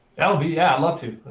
ah but yeah, i'd love to.